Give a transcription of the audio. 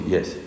Yes